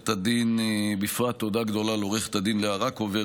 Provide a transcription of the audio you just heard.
תודה גדולה לעו"ד לאה רקובר,